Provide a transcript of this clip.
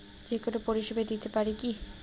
যে কোনো পরিষেবা দিতে পারি কি?